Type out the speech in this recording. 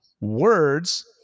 Words